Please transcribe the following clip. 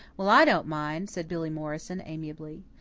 well, i don't mind, said billy morrison amiably.